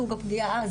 סוג הפגיעה,